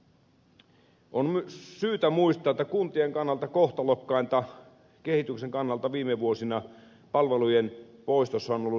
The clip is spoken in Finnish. on syytä muistaa että kuntien kehityksen kannalta kohtalokkainta jälkeä viime vuosina palvelujen poistossa on tehnyt valtio itse